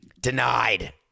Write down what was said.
denied